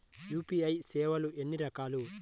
UPI సేవలు ఎన్నిరకాలు?